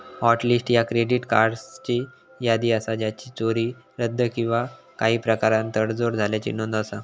hot list ह्या credit कार्ड्सची यादी असा ज्याचा चोरी, रद्द किंवा काही प्रकारान तडजोड झाल्याची नोंद असा